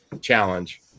challenge